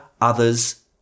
others